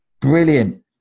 brilliant